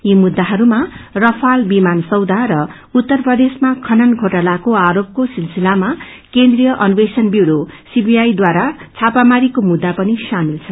यी मुद्दाहरूमा गुल विमान सौदा र प्रदेशमा खनन घोटालाको आरोपको सिलसिलामा केन्द्रिय अन्वेषण व्यूरो सीबीआई द्वारा छापाको मुद्दा पिन सामेल छ